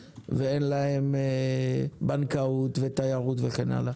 אין להן בסיסי צבא ואין להן בנקאות ותיירות וכן הלאה,